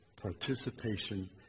participation